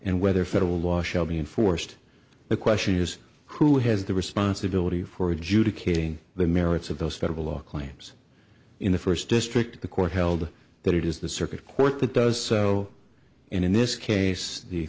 and whether federal law shall be enforced the question is who has the responsibility for adjudicating the merits of those federal law claims in the first district the court held that it is the circuit court that does so in this case the